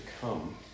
come